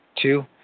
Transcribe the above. Two